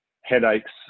headaches